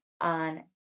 on